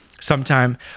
sometime